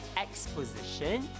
exposition